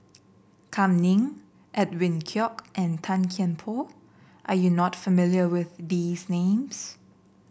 Kam Ning Edwin Koek and Tan Kian Por are you not familiar with these names